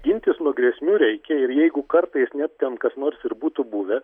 gintis nuo grėsmių reikia ir jeigu kartais net ten kas nors ir būtų buvę